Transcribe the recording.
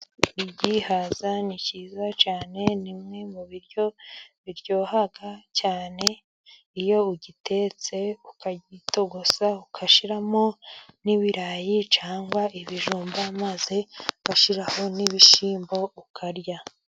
Igihaza ni cyiza cyane. Ni bimwe mu biryo biryoha cyane. Iyo ugitetse ,ukagitogosa, ugashiramo n'ibirayi, cyangwa ibijumba, maze ugashyiraho n'ibishyimbo ukarya.